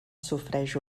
sofreix